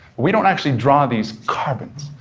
we don't actually draw these carbons.